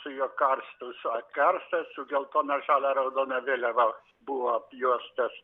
su jo karstu su o karstas su geltona žalia raudona vėliava buvo apjuostas